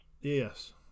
Yes